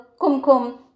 kumkum